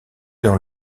dans